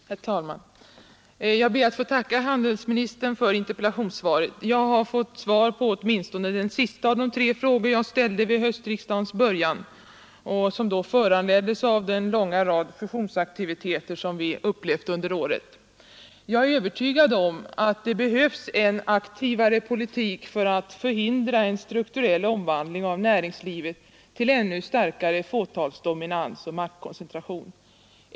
Herr talman! Jag ber att få tacka handelsministern för interpellationssvaret. Jag har fått svar på åtminstone den sista av de tre frågor jag ställde vid höstriksdagens början och som då föranleddes av den långa rad fusionsaktiviteter som vi upplevt under året. Jag är övertygad om att det behövs en aktivare politik för att förhindra en strukturell omvandling av näringslivet till ännu starkare fåtalsdominans och maktkoncentration.